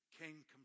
Came